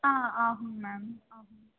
ஆ ஆகும் மேம் ஆகும்